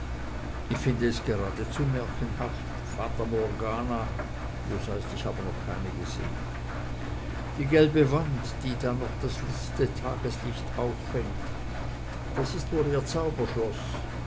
ich find es geradezu märchenhaft fata morgana das heißt ich habe noch keine gesehn die gelbe wand die da noch das letzte tageslicht auffängt das ist wohl ihr